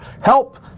help